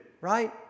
right